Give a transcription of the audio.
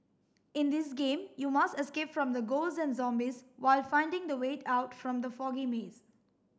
in this game you must escape from the ghosts and zombies while finding the way out from the foggy maze